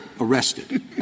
arrested